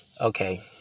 okay